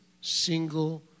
single